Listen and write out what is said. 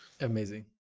Amazing